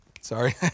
Sorry